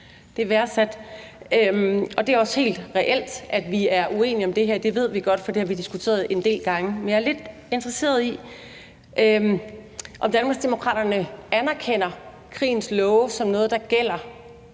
Det er værdsat. Det er også helt reelt, at vi er uenige om det her. Det ved vi godt, for det har vi diskuteret en del gange. Men jeg er lidt interesseret i, om Danmarksdemokraterne anerkender krigens love som noget, der gælder